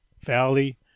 valley